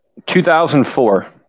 2004